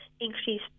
increase